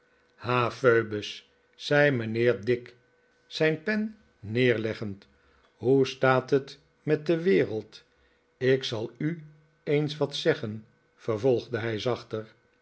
phoebus zei mijnheer dick zijn pen neerleggend hoe staat het met de wereld ik zal u eens wat zeggen vervolgde hij zachter